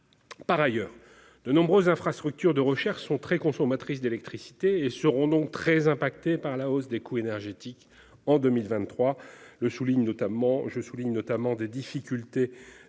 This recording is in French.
Par ailleurs, de nombreuses infrastructures de recherche sont très consommatrices d'électricité et seront par conséquent très affectées par la hausse des coûts énergétiques en 2023. Je souligne notamment les difficultés auxquelles